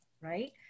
right